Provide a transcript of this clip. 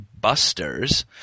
Buster's